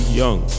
young